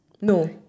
No